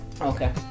Okay